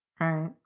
right